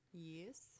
Yes